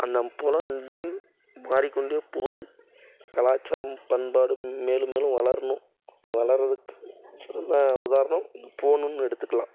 அந்த போல மாறி கொண்டே போது கலாச்சாரம் பண்பாடும் மேலும் மேலும் வளர்னும் அந்த வளர்றதுக்கு சிறந்த உதாரணம் இந்த ஃபோனுன்னு எடுத்துக்கலாம்